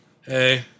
Hey